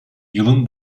yılın